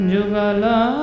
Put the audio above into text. Jugala